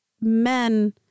men